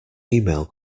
email